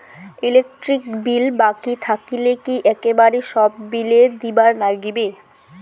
Electric bill বাকি থাকিলে কি একেবারে সব বিলে দিবার নাগিবে?